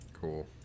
Cool